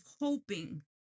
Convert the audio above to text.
hoping